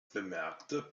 bemerkte